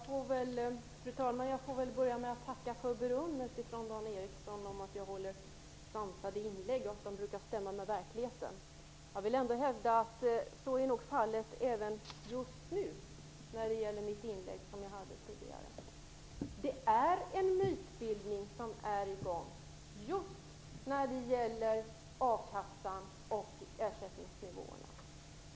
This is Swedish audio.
Fru talman! Jag får väl börja med att tacka för berömmet från Dan Ericsson att jag gör sansade inlägg och att de brukar stämma med verkligheten. Jag vill dock hävda att det gäller även det inlägg jag gjorde just nu. Det är en mytbildning i gång just om a-kassan och ersättningsnivåerna.